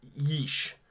yeesh